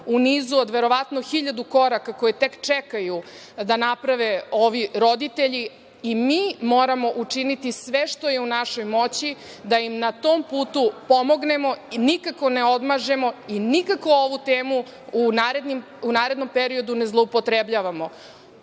u nizu od verovatno hiljadu koraka koji tek čekaju da naprave ovi roditelji i mi moramo učiniti sve što je u našoj moći da im na tom putu pomognemo i nikako ne odmažemo i nikako ovu temu u narednom periodu ne zloupotrebljavamo. Takođe,